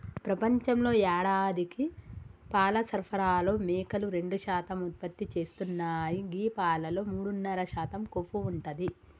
ప్రపంచంలో యేడాదికి పాల సరఫరాలో మేకలు రెండు శాతం ఉత్పత్తి చేస్తున్నాయి గీ పాలలో మూడున్నర శాతం కొవ్వు ఉంటది